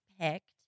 picked